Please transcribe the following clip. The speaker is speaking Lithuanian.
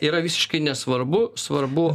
tai yra visiškai nesvarbu svarbu